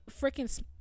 freaking